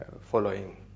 following